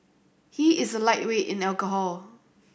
he is a lightweight in alcohol